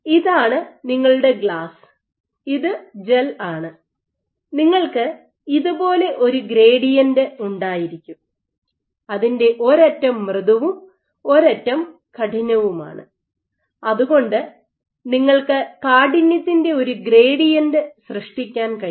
ഇതാണ് നിങ്ങളുടെ ഗ്ലാസ് ഇത് ജെൽ ആണ് നിങ്ങൾക്ക് ഇതുപോലെ ഒരു ഗ്രേഡിയന്റ് ഉണ്ടായിരിക്കും അതിന്റെ ഒരു അറ്റം മൃദുവും ഒരു അറ്റം കഠിനവുമാണ് അതുകൊണ്ട്നിങ്ങൾക്ക് കാഠിന്യത്തിന്റെ ഒരു ഗ്രേഡിയന്റ് സൃഷ്ടിക്കാൻ കഴിയും